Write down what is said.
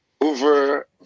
over